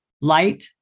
light